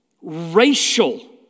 racial